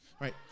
right